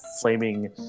flaming